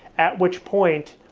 at which point,